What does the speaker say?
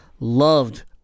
loved